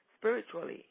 spiritually